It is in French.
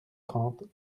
trente